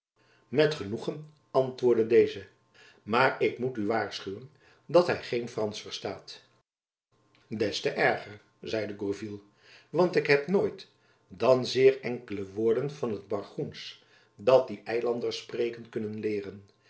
met genoegen antwoordde deze maar ik moet u waarschuwen dat hy geen fransch verstaat des te erger zeide gourville want ik heb jacob van lennep elizabeth musch nooit dan zeer enkele woorden van het bargoensch dat die eilanders spreken kunnen leeren